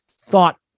thought